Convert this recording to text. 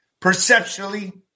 Perceptually